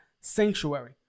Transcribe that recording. sanctuary